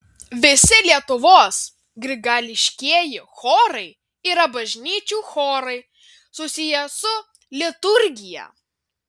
visi lietuvos grigališkieji chorai yra bažnyčių chorai susiję su liturgija